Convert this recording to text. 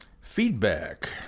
Feedback